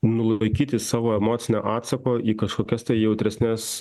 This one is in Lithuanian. nulaikyti savo emocinio atsako į kažkokias tai jautresnes